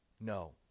no